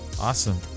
Awesome